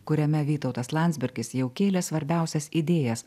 kuriame vytautas landsbergis jau kėlė svarbiausias idėjas